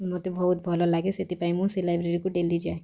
ମୋତେ ବହୁତ ଭଲ ଲାଗେ ସେଥିପାଇଁ ମୁଁ ସେ ଲାଇବ୍ରେରି କୁ ଡେଲି ଯାଏ